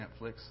Netflix